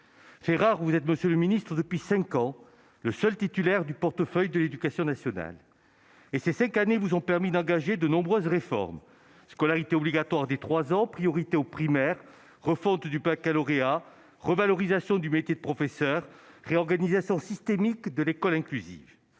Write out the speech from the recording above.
Fait rare, vous êtes, monsieur le ministre, le seul titulaire depuis cinq ans du portefeuille de l'éducation nationale. Et ces cinq années vous ont permis d'engager de nombreuses réformes : scolarité obligatoire dès trois ans, priorité au primaire, refonte du baccalauréat, revalorisation du métier de professeur, réorganisation systémique de l'école inclusive.